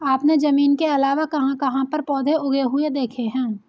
आपने जमीन के अलावा कहाँ कहाँ पर पौधे उगे हुए देखे हैं?